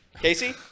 Casey